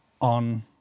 on